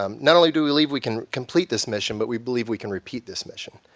um not only do we believe we can complete this mission, but we believe we can repeat this mission.